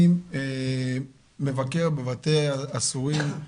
אני מבקר בבתי האסורים,